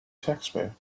taxpayer